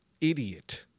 idiot